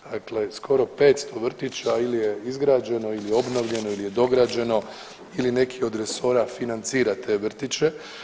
Dakle, skoro 500 vrtića ili je izgrađeno ili obnovljeno ili je dograđeno ili neki od resora financira te vrtiće.